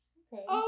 okay